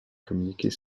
communiquer